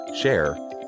share